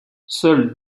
seules